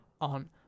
on